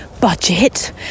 budget